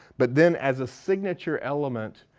but then as a signature element,